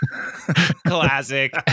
classic